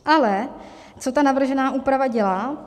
Ale co ta navržená úprava dělá?